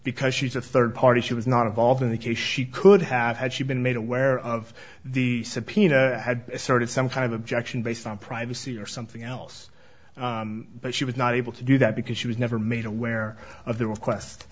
because she's a third party she was not involved in the case she could have had she been made aware of the subpoena had asserted some kind of objection based on privacy or something else but she was not able to do that because she was never made aware of the request